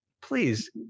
please